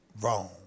wrong